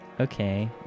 Okay